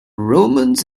romans